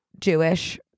Jewish